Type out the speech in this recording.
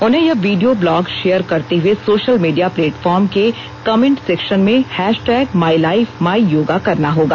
उन्हें यह video blog share करते हुए सोशल मीडिया प्लेपटफार्म के कमेंट सेक्शन में hashtag my life my yoga करना होगा